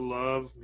love